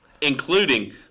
including